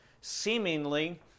seemingly